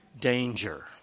danger